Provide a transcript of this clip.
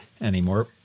anymore